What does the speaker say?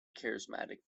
charismatic